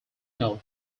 note